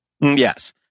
Yes